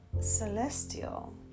celestial